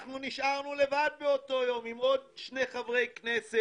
אנחנו נשארנו באותו יום עם עוד שני חברי כנסת,